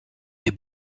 est